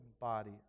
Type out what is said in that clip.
body